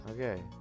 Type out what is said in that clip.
okay